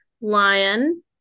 lion